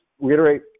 reiterate